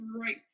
right